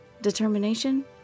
Determination